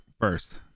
first